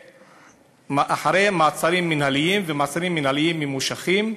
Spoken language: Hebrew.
אחרי מעצרים מינהליים ומעצרים מינהליים ממושכים,